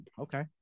okay